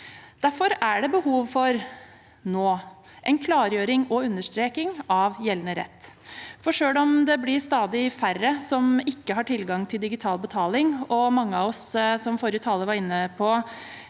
Derfor er det nå behov for en klargjøring og understreking av gjeldende rett. Selv om det blir stadig færre som ikke har tilgang til digital betaling, og mange av oss – som forrige taler var inne på